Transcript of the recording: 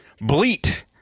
bleat